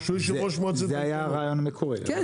זה היה הרעיון המקורי,